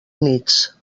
nits